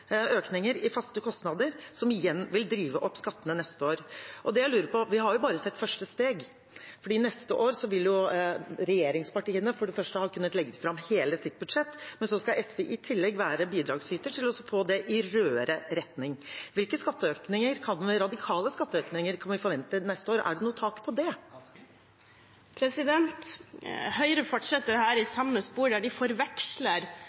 igjen vil drive opp skattene neste år. Vi har bare sett første steg, for neste år vil for det første regjeringspartiene kunne legge fram hele budsjettet sitt, og for det andre skal SV være bidragsyter for å få det til å gå i en rødere retning. Jeg lurer da på: Hvilke radikale skatteøkninger kan vi forvente til neste år? Er det noe tak på det? Høyre fortsetter her i samme spor og forveksler